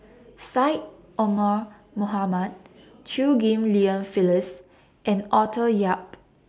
Syed Omar Mohamed Chew Ghim Lian Phyllis and Arthur Yap